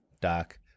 Doc